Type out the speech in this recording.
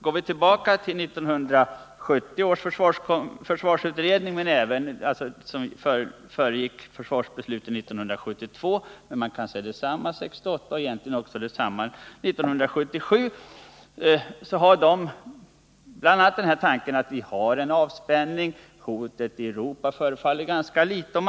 Går vi tillbaka till 1970 års försvarsutredning, som föregick försvarsbeslutet 1972, finner vi att den präglas av tanken att vi hade en avspänning, att hotet i Europa föreföll ganska litet — och detsamma gäller försvarsbesluten 1968 och 1977.